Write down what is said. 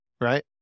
right